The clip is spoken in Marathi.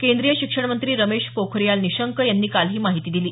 केंद्रीय शिक्षणमंत्री रमेश पोखरियाल निशंक यांनी काल ही माहिती दिली